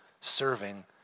serving